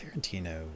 Tarantino